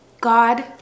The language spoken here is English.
God